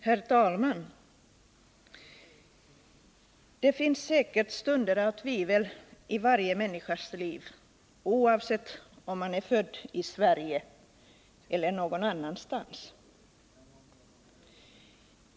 Herr talman! Det finns säkert stunder av tvivel i varje människas liv, oavsett om man är född i Sverige eller någon annanstans.